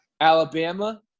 Alabama